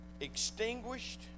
extinguished